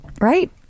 Right